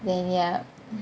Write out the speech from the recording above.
then ya